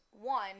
One